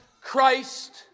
Christ